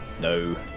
No